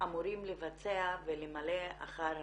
אמורים לבצע ולמלא אחר הנוהל.